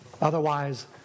Otherwise